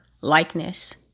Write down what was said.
likeness